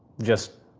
just.